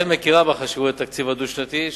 הממשלה אכן מכירה בחשיבות התקציב הדו-שנתי,